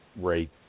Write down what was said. rate